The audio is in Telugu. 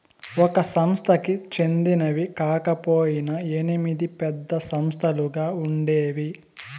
ఒక సంస్థకి చెందినవి కాకపొయినా ఎనిమిది పెద్ద సంస్థలుగా ఉండేవి